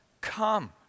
come